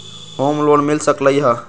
Home loan मिल सकलइ ह?